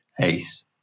Ace